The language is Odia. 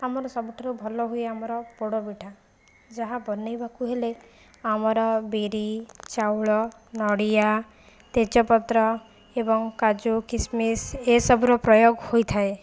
ଆମର ସବୁଠାରୁ ଭଲ ହୁଏ ଆମର ପୋଡ଼ପିଠା ଯାହା ବନାଇବାକୁ ହେଲେ ଆମର ବିରି ଚାଉଳ ନଡ଼ିଆ ତେଜପତ୍ର ଏବଂ କାଜୁ କିସମିସ ଏ ସବୁର ପ୍ରୟୋଗ ହୋଇଥାଏ